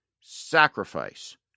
sacrifice